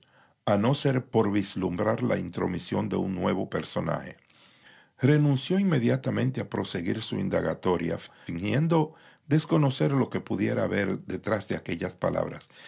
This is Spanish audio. a no ser por vislumbrar la intromisión de un nuevo personaje renunció inmediatamente a proseguir su indagatoria fingiendo desconocer lo que pudiera haber detrás de aquellas palabras